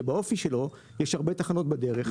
שבאופי שלו יש הרבה תחנות בדרך.